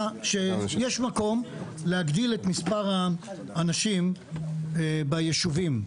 שיש מקום להגדיל את מספר האנשים בישובים,